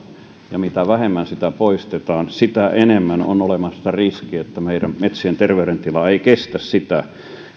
ja mitä vähemmän sitä poistetaan sitä enemmän on olemassa riski että meidän metsien terveydentila ei kestä sitä